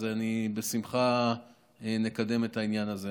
אז בשמחה נקדם את העניין הזה.